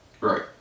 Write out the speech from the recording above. Right